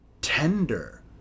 tender